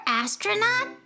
astronaut